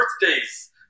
birthdays